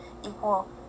equal